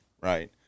right